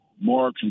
more